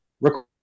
record